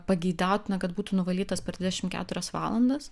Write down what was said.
pageidautina kad būtų nuvalytas per dvidešimt keturias valandas